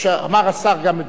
אמר השר גם בדבריו